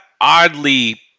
oddly